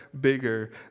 bigger